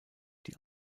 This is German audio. die